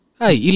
hi